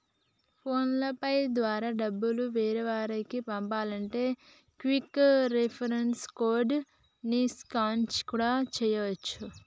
phone pay ద్వారా డబ్బులు వేరొకరికి పంపాలంటే క్విక్ రెస్పాన్స్ కోడ్ ని స్కాన్ కూడా చేయచ్చు